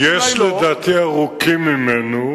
לדעתי, יש ארוכים ממנו.